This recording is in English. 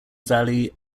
valley